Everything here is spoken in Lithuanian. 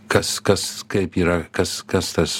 kas kas kaip yra kas kas tas